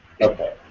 Okay